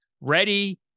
Ready